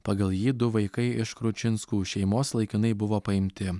pagal jį du vaikai iš kručinskų šeimos laikinai buvo paimti